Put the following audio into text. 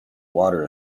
water